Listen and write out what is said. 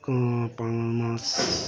কোনো মাছ